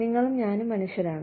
നിങ്ങളും ഞാനും മനുഷ്യരാണ്